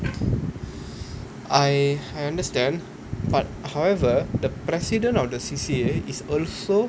I I understand but however the president of the C_C_A is also